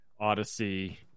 odyssey